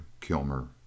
Kilmer